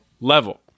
level